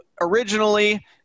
originally